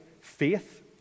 faith